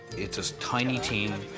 it's a tiny team.